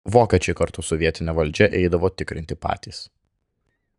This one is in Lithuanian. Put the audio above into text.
vokiečiai kartu su vietine valdžia eidavo tikrinti patys